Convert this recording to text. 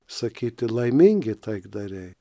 sakyti laimingi taikdariai